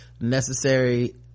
necessary